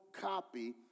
copy